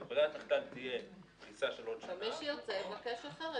שברירת המחדל תהיה פריסה של עוד שנה --- מי שירצה יבקש אחרת,